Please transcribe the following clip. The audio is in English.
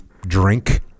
drink